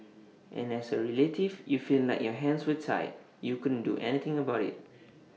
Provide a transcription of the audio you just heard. and as A relative you feel like your hands were tied you couldn't do anything about IT